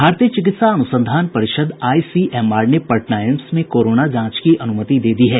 भारतीय चिकित्सा अनुसंधान परिषद आईसीएमआर ने पटना एम्स में कोरोना जांच की अनुमति दे दी है